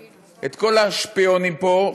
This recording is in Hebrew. את כל השפיונים פה,